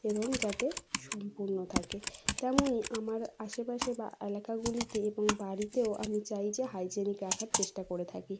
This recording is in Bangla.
এবং যাতে সম্পূর্ণ থাকে তেমনই আমার আশেপাশে বা এলাকাগুলিতে এবং বাড়িতেও আমি চাই যে হাইজিনিক রাখার চেষ্টা করে থাকি